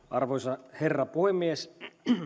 arvoisa herra puhemies